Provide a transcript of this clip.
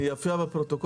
זה יופיע בפרוטוקול.